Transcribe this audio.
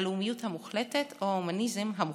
הלאומיות המוחלטת או ההומניזם המוחלט.